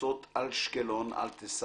ובחוצות אשקלון אל תספרו.